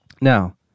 Now